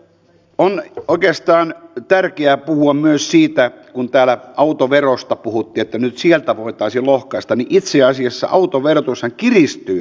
on oikeastaan tärkeää puhua myös siitä kun täällä autoverosta puhuttiin että nyt sieltä voitaisiin lohkaista että itse asiassa autoverotushan kiristyy ensi vuonna